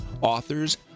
authors